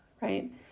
right